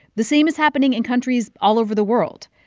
the same is happening in countries all over the world.